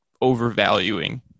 overvaluing